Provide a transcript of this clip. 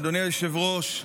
אדוני היושב-ראש,